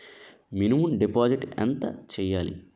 Minimum deposit ఎంత చెయ్యాలి?